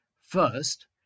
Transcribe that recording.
First